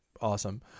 awesome